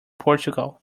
portugal